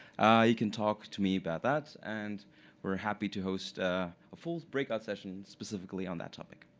you can talk to me about that, and we're happy to host ah full breakout session specifically um that topic.